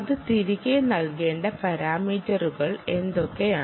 അത് തിരികെ നൽകേണ്ട പാരാമീറ്ററുകൾ എന്തൊക്കെയാണ്